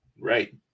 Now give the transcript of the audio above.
right